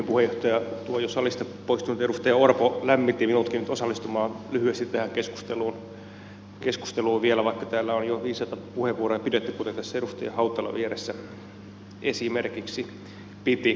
jo salista poistunut edustaja orpo lämmitti minutkin nyt osallistumaan lyhyesti tähän keskusteluun vielä vaikka täällä on jo viisaita puheenvuoroja pidetty kuten tässä edustaja hautala vieressä esimerkiksi piti